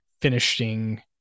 finishing